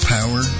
Power